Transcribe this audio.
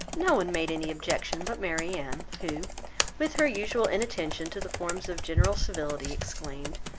no one made any objection but marianne, who with her usual inattention to the forms of general civility, exclaimed,